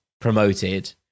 promoted